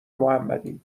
محمدی